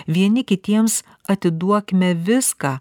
vieni kitiems atiduokime viską